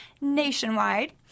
nationwide